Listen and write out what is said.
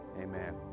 Amen